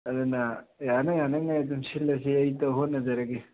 ꯑꯗꯨꯅ ꯌꯥꯅ ꯌꯥꯅꯤꯡꯉꯥꯏ ꯑꯗꯨꯝ ꯁꯤꯜꯂꯁꯤ ꯑꯩ ꯍꯣꯠꯅꯖꯔꯒꯦ